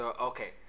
Okay